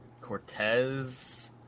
Cortez